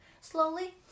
Slowly